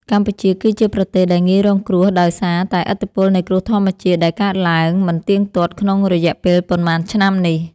កម្ពុជាគឺជាប្រទេសដែលងាយរងគ្រោះដោយសារតែឥទ្ធិពលនៃគ្រោះធម្មជាតិដែលកើតឡើងមិនទៀងទាត់ក្នុងរយៈពេលប៉ុន្មានឆ្នាំនេះ។